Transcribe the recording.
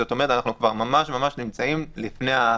זאת אומרת, אנחנו כבר נמצאים לפני ההכרזה.